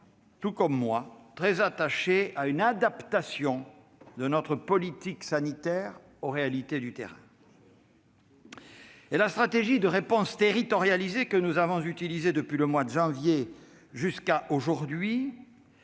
tout comme moi, attachés à une adaptation de notre politique sanitaire aux réalités du terrain. La stratégie de réponse territorialisée que nous avons utilisée depuis le mois de janvier jusqu'à aujourd'hui